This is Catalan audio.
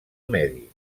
medi